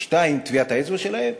2. טביעת האצבע שלהם,